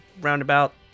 roundabout